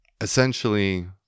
essentially